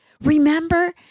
Remember